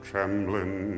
Trembling